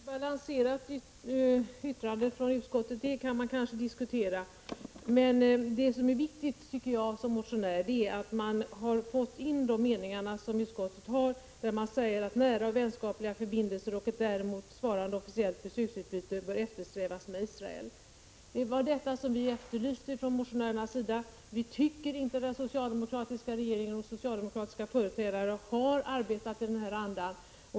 Herr talman! Hur balanserat betänkandet från utskottet är kan man kanske diskutera. Det jag som motionär tycker är viktigt är att man har fått in följande i betänkandet: ”Nära och vänskapliga förbindelser och ett däremot svarande officiellt besöksutbyte bör eftersträvas med Israel.” Det är detta som motionärerna har efterlyst. Vi tycker inte att den socialdemokratiska regeringen och socialdemokratiska företrädare har arbetat i denna anda.